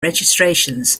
registrations